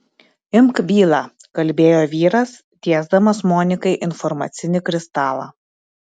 imk bylą kalbėjo vyras tiesdamas monikai informacinį kristalą